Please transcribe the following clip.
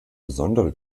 besondere